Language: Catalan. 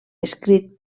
escrit